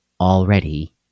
already